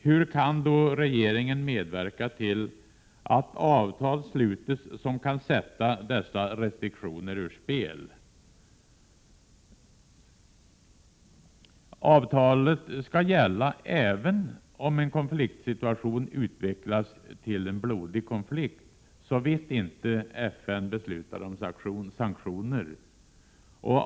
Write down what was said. Hur kan då regeringen medverka till att avtal sluts som kan sätta dessa restriktioner ur spel? Avtalet skall gälla även om en konfliktsituation utvecklas till en blodig konflikt, såvitt inte FN beslutar om sanktioner.